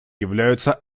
являются